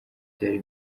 byari